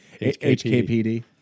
HKPD